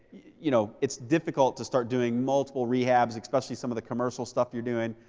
you know it's difficult to start doing multiple rehabs, especially some of the commercial stuff you're doing.